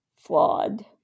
flawed